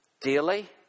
daily